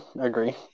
agree